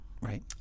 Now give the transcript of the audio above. Right